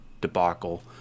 debacle